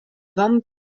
van